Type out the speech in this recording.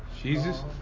Jesus